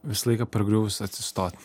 visą laiką pargriuvus atsistot